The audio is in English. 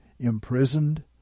imprisoned